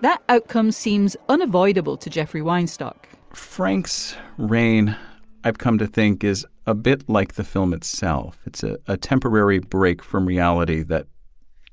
that outcome seems unavoidable to jeffrey weinstock franks reign i've come to think is a bit like the film itself. it's ah a temporary break from reality that